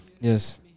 Yes